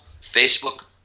Facebook